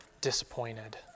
disappointed